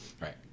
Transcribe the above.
right